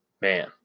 man